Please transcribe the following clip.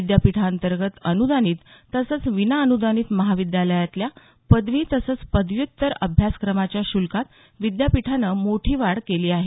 विद्यापीठांतर्गत अनुदानित तसंच विनाअनुदानित महाविद्यालयातल्या पदवी तसंच पदव्युत्तर अभ्यासक्रमाच्या शुल्कात विद्यापीठानं मोठी वाढ केली आहे